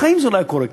בחיים זה לא היה קורה,